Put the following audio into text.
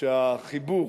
שהחיבור